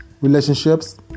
relationships